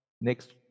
Next